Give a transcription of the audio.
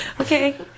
Okay